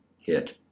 hit